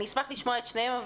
אשמח לשמוע את שניהם.